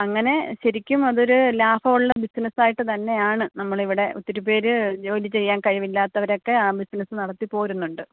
അങ്ങനെ ശെരിക്കും അതൊര് ലാഭമുള്ള ബിസിനസായിട്ട് തന്നെയാണ് നമ്മളിവിടെ ഒത്തിരി പേര് ജോലി ചെയ്യാൻ കഴിവില്ലാത്തവരൊക്കെ ആ ബിസിനസ് നടത്തി പോരുന്നുണ്ട്